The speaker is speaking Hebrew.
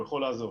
הוא יכול לעזוב.